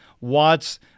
Watts